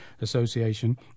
Association